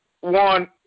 one